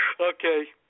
Okay